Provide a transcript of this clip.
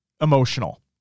emotional